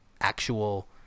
actual